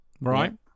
right